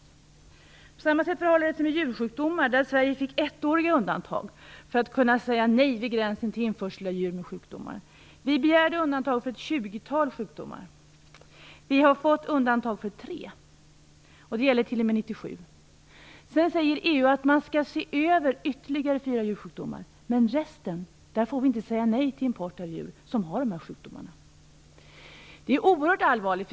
På samma sätt förhåller det sig med djursjukdomar, där Sverige fick ettåriga undantag för att kunna säga nej vid gränsen till införsel av djur med sjukdomar. Vi begärde undantag för ett tjugotal sjukdomar - vi fick undantag för tre, och det gäller t.o.m. 1997. Sedan säger EU att man skall se över ytterligare fyra djursjukdomar, men vi får inte säga nej till import av djur som har resten av dessa sjukdomar. Det är oerhört allvarligt.